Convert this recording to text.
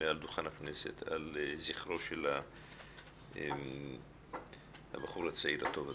מעל דוכן הכנסת על זכרו של הבחור הצעיר הטוב הזה.